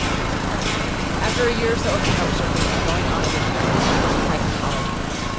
it was hard after a year or so of couch surfing and going on auditions, he decided to try college again.